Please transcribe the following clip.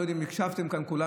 אני לא יודע אם הקשבתם כאן כולם,